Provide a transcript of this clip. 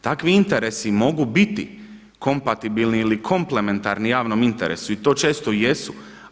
Takvi interesi mogu biti kompatibilni ili komplementarni javnom interesu i to često i jesu.